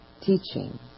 teaching